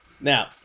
Now